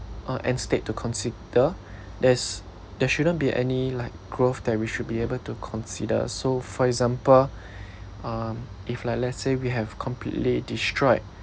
uh end state to consider there's there shouldn't be any like growth that we should be able to consider so for example um if like let's say we have completely destroyed